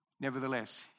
Nevertheless